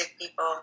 people